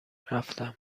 رفتم